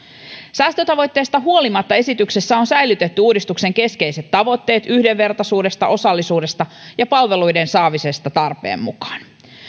säästötavoitteesta huolimatta esityksessä on säilytetty uudistuksen keskeiset tavoitteet yhdenvertaisuudesta osallisuudesta ja palveluiden saamisesta tarpeen mukaan